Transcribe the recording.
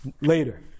later